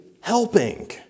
helping